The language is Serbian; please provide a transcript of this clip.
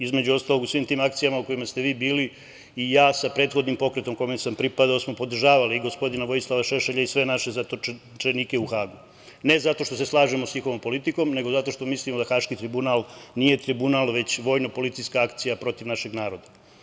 Između ostalog, u svim tim akcijama u kojima ste vi bili i ja sa prethodnim pokretom kome sam pripadao smo podržavali i gospodina Vojislava Šešelja i sve naše zatočenike u Hagu ne zato što se slažemo sa njihovom politikom, nego zato što mislimo da Haški tribunal nije tribunal, već vojno-policijska akcija protiv našeg naroda.